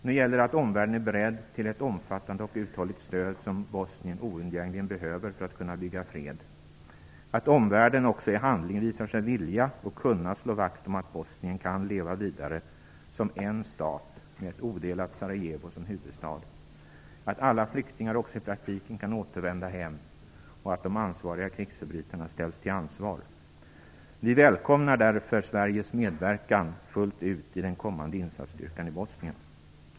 Nu gäller det att omvärlden är beredd till ett omfattande och uthålligt stöd, som Bosnien oundgängligen behöver för att kunna bygga fred, att omvärlden också i handling visar sig vilja och kunna slå vakt om att Bosnien kan leva vidare som en stat, med ett odelat Sarajevo som huvudstad, att alla flyktingar också i praktiken kan återvända hem och att de ansvariga krigsförbrytarna ställs till ansvar. Vi välkomnar därför Sveriges medverkan fullt ut i den kommande insatsstyrkan i Bosnien.